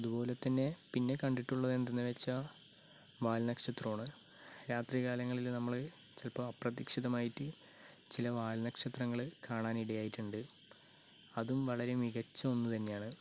അതുപോലെ തന്നെ പിന്നെ കണ്ടിട്ടുള്ളതെന്തെന്ന് വെച്ചാൽ വാൽനക്ഷത്രമാണ് രാത്രി കാലങ്ങളിൽ നമ്മൾ ചിലപ്പോൾ അപ്രതീക്ഷിതമായിട്ട് ചില വാൽനക്ഷത്രങ്ങൾ കാണാൻ ഇടയായിട്ടുണ്ട് അതും വളരെ മികച്ച ഒന്ന് തന്നെയാണ്